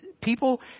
people